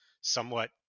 somewhat